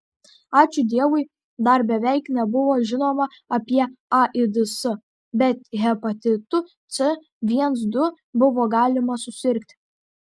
ačiū dievui dar beveik nebuvo žinoma apie aids bet hepatitu c viens du buvo galima susirgti